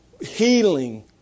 healing